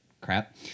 crap